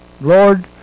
Lord